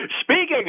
Speaking